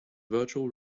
virtual